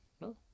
no